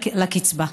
לקצבה.